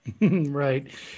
Right